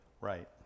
Right